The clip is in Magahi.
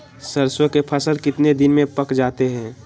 सरसों के फसल कितने दिन में पक जाते है?